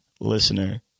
listener